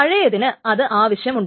പഴയതിന് അത് ആവശ്യവും ഉണ്ട്